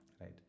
right